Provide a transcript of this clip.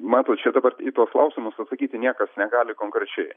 matot čia dabar į tuos klausimus atsakyti niekas negali konkrečiai